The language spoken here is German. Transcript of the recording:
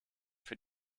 für